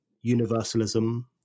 universalism